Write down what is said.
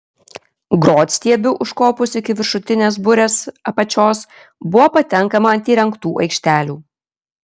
grotstiebiu užkopus iki viršutinės burės apačios buvo patenkama ant įrengtų aikštelių